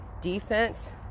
defense